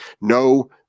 no